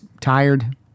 tired